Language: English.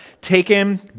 taken